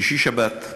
שישי-שבת.